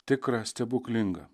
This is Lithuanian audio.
tikra stebuklinga